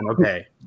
okay